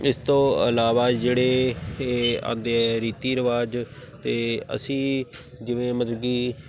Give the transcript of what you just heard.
ਇਸ ਤੋਂ ਇਲਾਵਾ ਜਿਹੜੇ ਇਹ ਆਉਂਦੇ ਰੀਤੀ ਰਿਵਾਜ਼ ਅਤੇ ਅਸੀਂ ਜਿਵੇਂ ਮਤਲਬ ਕਿ